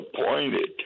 appointed